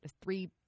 three